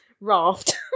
raft